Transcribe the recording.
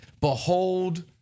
behold